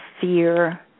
fear